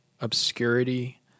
obscurity